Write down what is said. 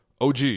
og